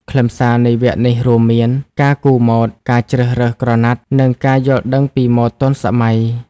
ខ្លឹមសារនៃវគ្គនេះរួមមាន ការគូរម៉ូដ ការជ្រើសរើសក្រណាត់ និងការយល់ដឹងពីម៉ូដទាន់សម័យ។